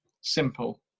simple